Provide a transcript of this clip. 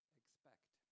expect